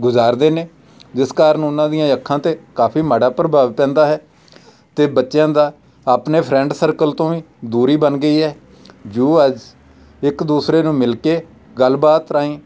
ਗੁਜ਼ਾਰਦੇ ਨੇ ਜਿਸ ਕਾਰਨ ਉਹਨਾਂ ਦੀਆਂ ਅੱਖਾਂ 'ਤੇ ਕਾਫੀ ਮਾੜਾ ਪ੍ਰਭਾਵ ਪੈਂਦਾ ਹੈ ਅਤੇ ਬੱਚਿਆਂ ਦਾ ਆਪਣੇ ਫਰੈਂਡ ਸਰਕਲ ਤੋਂ ਵੀ ਦੂਰੀ ਬਣ ਗਈ ਹੈ ਜੋ ਅੱਜ ਇੱਕ ਦੂਸਰੇ ਨੂੰ ਮਿਲ ਕੇ ਗੱਲਬਾਤ ਰਾਹੀਂ